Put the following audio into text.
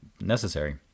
necessary